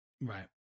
Right